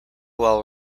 while